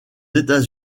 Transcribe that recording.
états